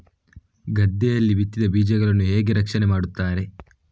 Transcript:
ಗದ್ದೆಯಲ್ಲಿ ಬಿತ್ತಿದ ಬೀಜಗಳನ್ನು ಹೇಗೆ ರಕ್ಷಣೆ ಮಾಡುತ್ತಾರೆ?